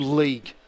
league